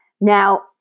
Now